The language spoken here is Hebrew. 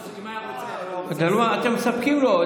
אם היה רוצה --- אתם מספקים לו.